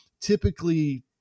typically